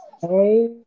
Hey